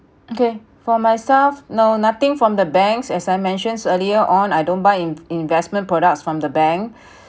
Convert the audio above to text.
okay for myself no nothing from the banks as I mentions earlier on I don't buy in~ investment products from the bank